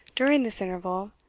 during this interval,